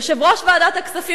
יושב-ראש ועדת הכספים,